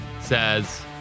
says